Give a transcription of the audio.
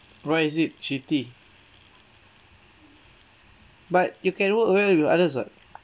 why is it shitty but you can work well with others [what]